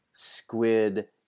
squid